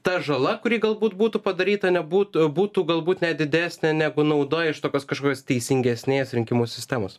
ta žala kuri galbūt būtų padaryta nebūtų būtų galbūt net didesnė negu nauda iš tokios kažkokios teisingesnės rinkimų sistemos